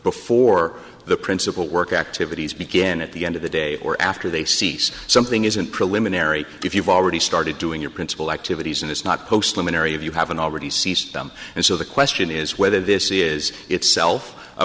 before the principle work activities begin at the end of the day or after they cease something isn't preliminary if you've already start doing your principal activities and it's not post luminary if you haven't already sees them and so the question is whether this is itself a